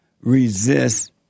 resist